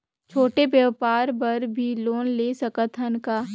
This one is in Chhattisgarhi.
छोटे व्यापार बर भी लोन ले सकत हन का?